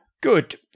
Good